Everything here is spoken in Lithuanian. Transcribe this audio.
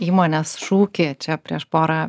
įmonės šūkį čia prieš porą